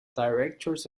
directors